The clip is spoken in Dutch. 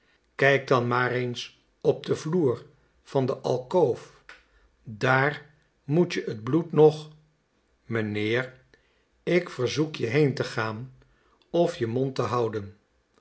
kijk dan maar eens op den vloer van de alkoof daar moet je het bloed nag meneer ik verzoek je heen te gaan of je mond te houden